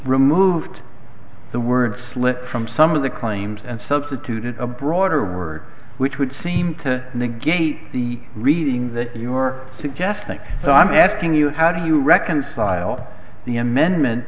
removed the word slipped from some of the claims and substituted a broader word which would seem to negate the reading that your suggesting so i'm asking you how do you reconcile the amendment